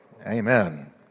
Amen